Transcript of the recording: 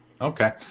Okay